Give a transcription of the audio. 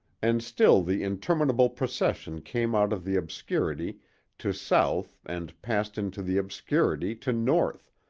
and still the interminable procession came out of the obscurity to south and passed into the obscurity to north,